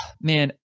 man